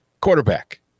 quarterback